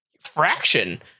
fraction